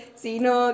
sino